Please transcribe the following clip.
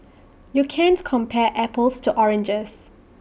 you can't compare apples to oranges